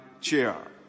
chair